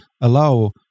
allow